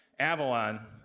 Avalon